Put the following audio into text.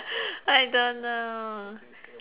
I don't know